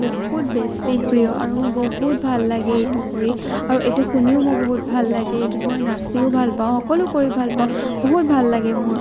বহুত বেছি প্ৰিয় আৰু মোৰ বহুত ভাল লাগে এইটো কৰি আৰু এইটো শুনিও মোৰ বহুত ভাল লাগে এইটোত মই নাচিও ভাল পাওঁ সকলো কৰি ভাল পাওঁ বহুত ভাল লাগে মোৰ